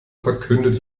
verkündet